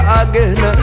again